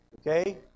Okay